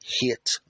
hit